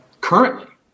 currently